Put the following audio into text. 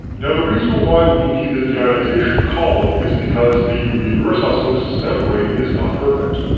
now the reason why we need the deionization column is because the reverse osmosis membrane is not perfect.